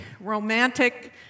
romantic